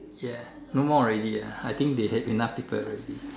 ya no more already ah I think they have enough people already